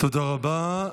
תודה רבה.